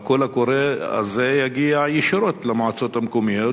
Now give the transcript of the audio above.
הקול הקורא הזה יגיע ישירות למועצות המקומיות,